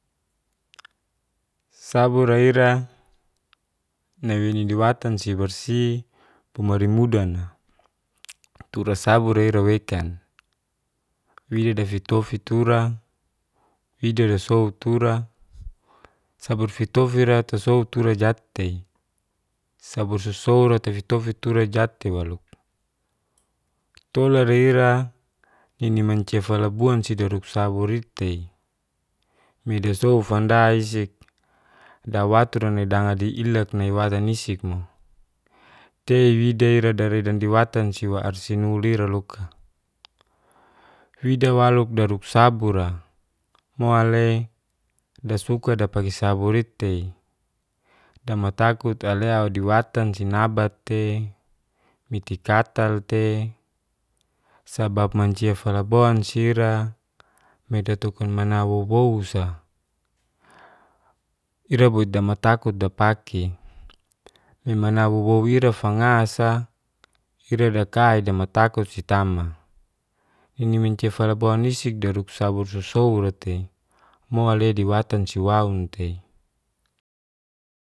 Sabura ira nawinini batansi barsi kumari mudana turasabura ira wekan. Wida tafitofit tura wida dasou tura sabar fitofira tasou tura jat'te, sabor susoura tafitofit tura jat'te walo. Tolara ira nini mancia falak buansidaruk saburit'te midasou fandaisik dawatura nai dangadi ilak nai watanisik mo, tei wida ira dari dandi watansiwa arsinuli'ra loka. Wida walo daruk sabura, mo'le dasuka dapake saburi'te damatakut alea diwatansi nabat'te mitikatal'te, sabab mancia falaboansi'ra medatukunmana wowou sa. Ira boit damatakut dapake limana wowou wira fangasa ira de kai de mau takut sitama, nini mancia falaboanisik daruk sabur susoura'te, mo'le diwatansi woun'te.